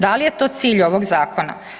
Da li je to cilj ovoga Zakona?